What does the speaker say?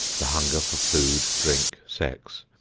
the hunger for food, drink, sex,